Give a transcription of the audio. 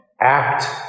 act